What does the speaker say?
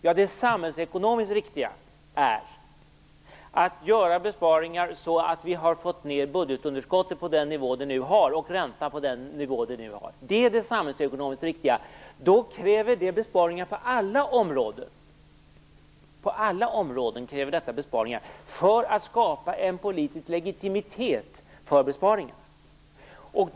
Jo, det samhällsekonomiskt riktiga är sådana besparingar som gör att vi har fått ner budgetunderskottet och räntorna på nuvarande nivå. Det är det samhällsekonomiskt riktiga. Detta kräver besparingar på alla områden, för att det skall skapas en politisk legitimitet för besparingarna.